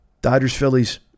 Dodgers-Phillies